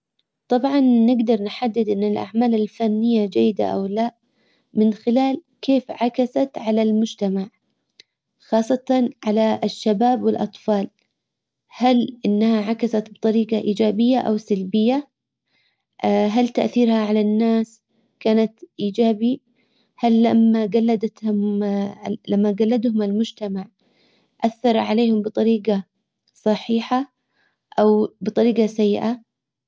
طبعا نقدر نحدد ان الاعمال الفنية جيدة او لأ. من خلال كيف عكست على المجتمع? خاصة على الشباب والاطفال. هل انها عكست بطريقة ايجابية او سلبية? هل تأثيرها على الناس? كانت ايجابي? هل لما جلدتهم لما جلدهم المجتمع? اثر عليهم بطريجة صحيحة او بطريجة سيئة.